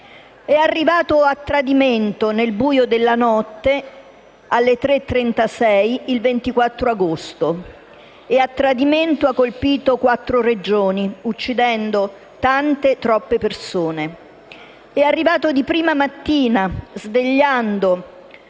È arrivato a tradimento il 24 agosto, nel buio della notte, alle ore 3,36, e a tradimento ha colpito quattro Regioni, uccidendo tante, troppe persone. È arrivato di prima mattina, svegliando